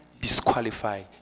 disqualify